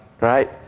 right